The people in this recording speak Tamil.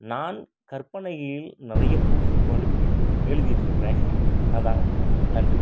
நான் கற்பனையில் நிறைய பூசி மழுப்பி எழுதிட்ருக்கிறேன் அதுதான் உண்மை நன்றி